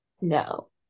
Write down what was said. no